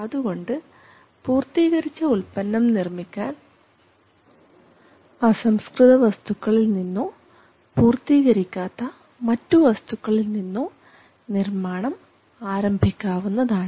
അതുകൊണ്ട് പൂർത്തീകരിച്ച ഉൽപ്പന്നം നിർമ്മിക്കാൻ അസംസ്കൃതവസ്തുക്കളിൽനിന്നോ പൂർത്തീകരിക്കാത്ത മറ്റു വസ്തുക്കളിൽനിന്നോ നിർമ്മാണം ആരംഭിക്കാവുന്നതാണ്